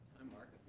i'm mark